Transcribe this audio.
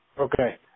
Okay